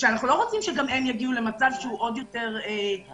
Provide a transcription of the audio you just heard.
שאנחנו לא רוצים שגם הם יגיעו למצב שהוא עוד יותר מוקצן.